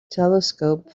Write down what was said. telescope